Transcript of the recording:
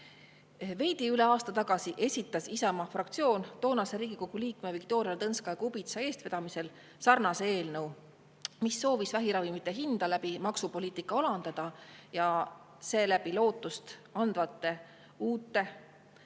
Veidi üle aasta tagasi esitas Isamaa fraktsioon toonase Riigikogu liikme Viktoria Ladõnskaja-Kubitsa eestvedamisel sarnase eelnõu, mis soovis vähiravimite hinda maksupoliitika kaudu alandada ja seeläbi lootustandvate, uute, kuid